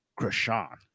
Krishan